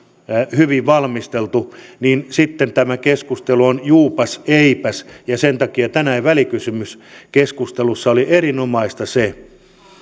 hyvin valmisteltu niin sitten tämä keskustelu on juupas eipäs keskustelua sen takia tänään välikysymyskeskustelussa oli erinomaista se